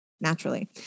naturally